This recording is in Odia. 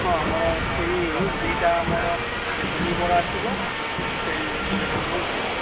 ହଁ ଆମର ସେଇ ଦୁଇଟା ଆମର ଦହିବରା ଆସିବ ସେଇ କୋଡ଼ିଏ ଟଙ୍କା ହିଁ ହେବ